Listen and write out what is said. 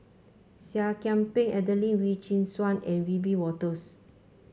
Seah Kian Peng Adelene Wee Chin Suan and Wiebe Wolters